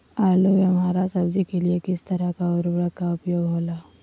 आलू एवं हरा सब्जी के लिए किस तरह का उर्वरक का उपयोग होला?